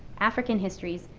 african histories,